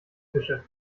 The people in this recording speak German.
fische